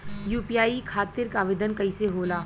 UPI खातिर आवेदन कैसे होला?